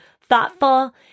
thoughtful